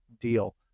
deal